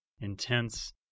intense